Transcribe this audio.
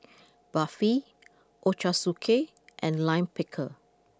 Barfi Ochazuke and Lime Pickle